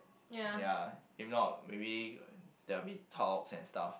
ya if not maybe there will be talk and stuff